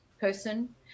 person